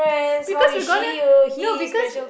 because we gonna no because